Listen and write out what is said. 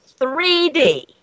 3D